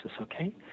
okay